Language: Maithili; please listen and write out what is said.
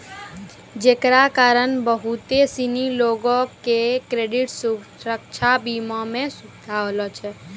जेकरा कारण बहुते सिनी लोको के क्रेडिट सुरक्षा बीमा मे सुविधा होलो छै